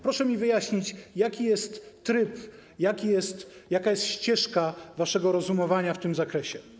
Proszę mi wyjaśnić, jaki jest tryb, jaka jest ścieżka waszego rozumowania w tym zakresie.